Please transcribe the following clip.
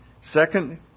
Second